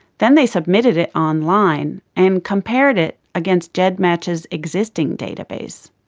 then they submitted it online and compared it against gedmatch's existing database.